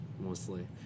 mostly